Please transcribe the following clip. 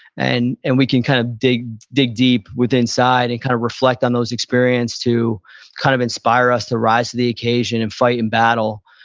and and we can kind of dig dig deep with inside and kind of reflect on those experience to kind of inspire us to rise the occasion and fight in battle.